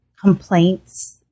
complaints